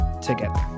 together